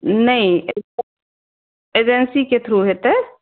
नहि एजेंसी के थ्रू हेतै